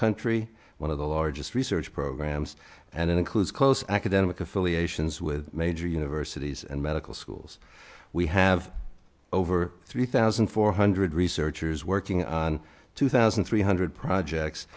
country one of the largest research programs and it includes close academic affiliations with major universities and medical schools we have over three thousand four hundred researchers working on two thousand three hundred projects